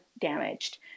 damaged